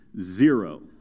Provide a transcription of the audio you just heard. zero